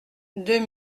deux